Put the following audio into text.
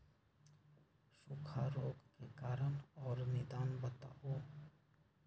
सूखा रोग के कारण और निदान बताऊ?